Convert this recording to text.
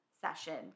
session